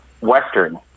western